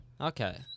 Okay